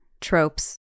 tropes